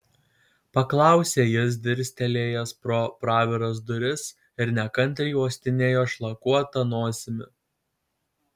paklausė jis dirstelėjęs pro praviras duris ir nekantriai uostinėjo šlakuota nosimi